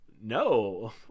no